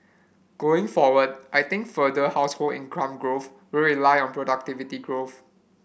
going forward I think further household income growth will rely on productivity growth